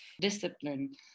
discipline